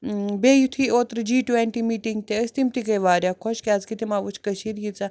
بیٚیہِ یُتھُے اوترٕ جی ٹوَنٹی مٹنٛگ تہِ ٲسۍ تِم تہِ گٔے واریاہ خۄش کیٛازکہِ تِمو وُچھ کشیٖر ییٖژاہ